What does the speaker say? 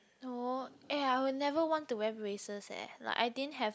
no eh I will never want to wear braces eh like I didn't have